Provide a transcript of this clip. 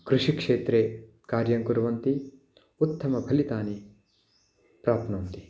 कृषिक्षेत्रे कार्यं कुर्वन्ति उत्तमं फलितानि प्राप्नुवन्ति